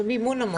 ומימון המונים.